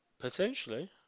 Potentially